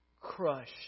crushed